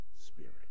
spirit